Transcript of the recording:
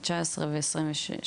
2019 ו-2022,